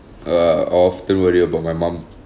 err often worry about my mum